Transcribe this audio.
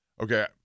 Okay